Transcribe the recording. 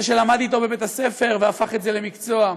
זה שלמד אתו בבית-הספר והפך את זה למקצוע,